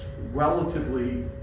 relatively